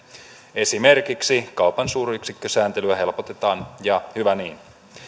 esimerkiksi kaupan suuryksikkösääntelyä helpotetaan ja hyvä niin